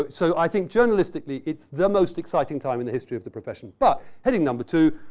so, i think journalistically, it's the most exciting time in the history of the profession. but, heading number two,